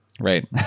right